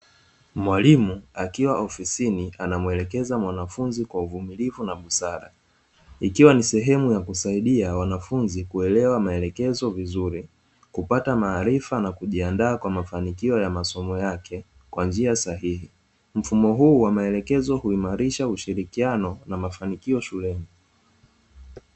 Mwalimu akiwa ofisini anamuelekeza mwanafunzi kwa uvumilivu na busara, ikiwa ni sehemu ya kusaidia wanafunzi kuelewa maelekezo vizuri, kupata maarifa na kujiandaa kwa mafanikio ya masomo yake kwa njia sahihi. Mfumo huu wa maelekezo huimarisha ushirikiano na mafanikio shuleni.